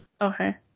Okay